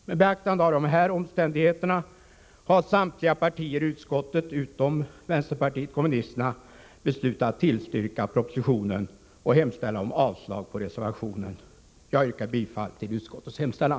Med beaktande av dessa omständigheter har samtliga partier i utskottet utom vänsterpartiet kommunisterna beslutat tillstyrka propositionen och hemställa om avslag på reservationen. Jag yrkar bifall till utskottets hemställan.